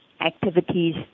activities